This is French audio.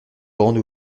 grande